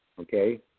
okay